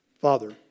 Father